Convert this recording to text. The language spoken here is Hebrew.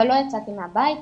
אבל לא יצאתי מהבית,